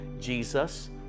Jesus